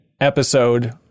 episode